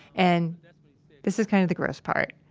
and this is kind of the gross part,